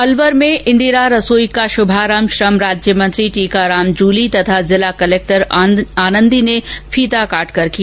अलवर में इंदिरा रैसोई का शुभारंभ श्रम राज्यमंत्री टीकाराम जूली तथा जिला कलेक्टर आनंदी ने फीता काटकर किया